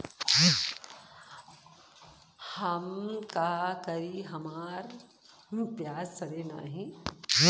हम का करी हमार प्याज सड़ें नाही?